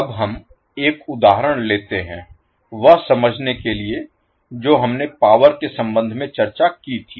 अब हम एक उदाहरण लेते हैं वह समझने के लिए जो हमने पावर के संबंध में चर्चा की थी